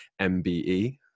MBE